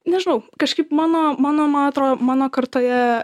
nežinau kažkaip mano mano man atro mano kartoje